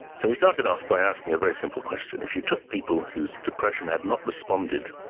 so we started off by asking a very simple question. if you took people whose depression had not responded